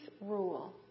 rule